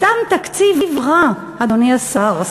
סתם תקציב רע, אדוני השר.